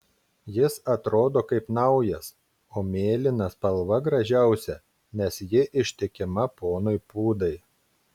jis atrodo kaip naujas o mėlyna spalva gražiausia nes ji ištikima ponui pūdai